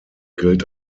gilt